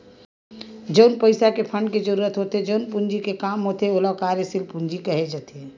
जउन पइसा के फंड के जरुरत होथे जउन पूंजी के काम होथे ओला कार्यसील पूंजी केहे जाथे